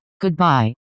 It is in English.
Goodbye